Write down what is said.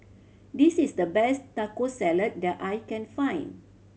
this is the best Taco Salad that I can find